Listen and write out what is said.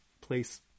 place